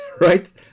Right